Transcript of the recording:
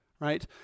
right